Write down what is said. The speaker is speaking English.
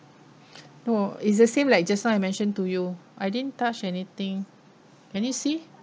no it's the same like just now I mention to you I didn't touch anything can you see